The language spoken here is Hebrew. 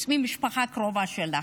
חוץ מהמשפחה הקרובה שלה.